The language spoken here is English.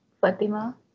Fatima